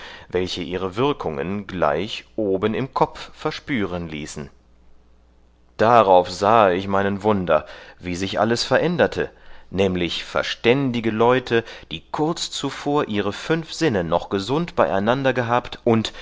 welche ihre würkungen gleich oben im kopf verspüren ließen darauf sahe ich meinen wunder wie sich alles veränderte nämlich verständige leute die kurz zuvor ihre fünf sinne noch gesund beieinander gehabt und